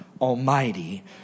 Almighty